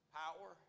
power